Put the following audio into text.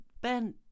Ben